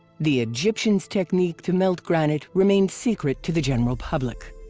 the egyptians technique to melt granite remained secret to the general public.